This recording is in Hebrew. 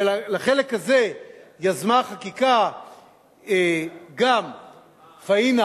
ועל החלק הזה יזמה חקיקה גם פניה,